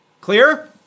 Clear